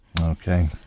Okay